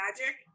magic